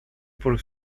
por